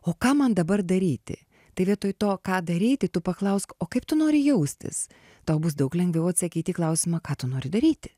o ką man dabar daryti tai vietoj to ką daryti tu paklausk o kaip tu nori jaustis tau bus daug lengviau atsakyt į klausimą ką tu nori daryti